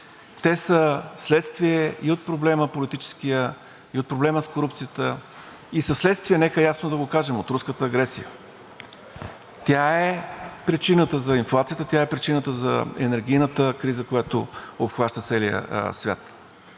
Те са вследствие и от проблема – политическия, и от проблема с корупцията, и са вследствие, нека ясно да го кажем – от руската агресия. Тя е причината за инфлацията, тя е причината за енергийната криза, която обхваща целия свят.